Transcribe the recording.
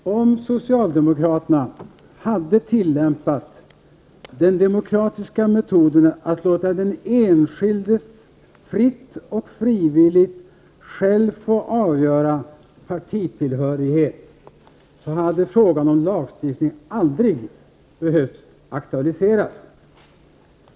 Herr talman! Om socialdemokraterna hade tillämpat den demokratiska metoden att låta den enskilde fritt och frivilligt själv få avgöra partitillhörighet, hade frågan om en ny lagstiftning aldrig behövt aktualiseras.